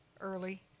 early